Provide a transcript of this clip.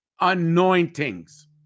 anointings